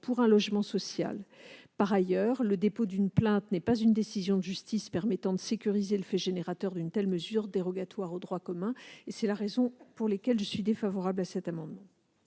pour un logement social. Par ailleurs, le dépôt d'une plainte n'est pas une décision de justice permettant de sécuriser le fait générateur d'une telle mesure dérogatoire au droit commun. Telles sont les raisons pour lesquelles je suis défavorable à cet amendement.